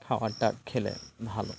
খাবারটা খেলে ভালো